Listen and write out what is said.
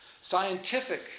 scientific